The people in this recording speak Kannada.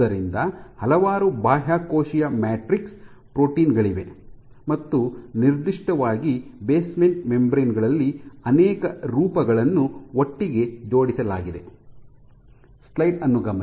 ಆದ್ದರಿಂದ ಹಲವಾರು ಬಾಹ್ಯಕೋಶೀಯ ಮ್ಯಾಟ್ರಿಕ್ಸ್ ಪ್ರೋಟೀನ್ ಗಳಿವೆ ಮತ್ತು ನಿರ್ದಿಷ್ಟವಾಗಿ ಬೇಸ್ಮೆಂಟ್ ಮೆಂಬರೇನ್ ಗಳಲ್ಲಿ ಅನೇಕ ರೂಪಗಳನ್ನು ಒಟ್ಟಿಗೆ ಜೋಡಿಸಲಾಗಿದೆ